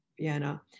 Vienna